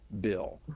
bill